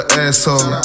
asshole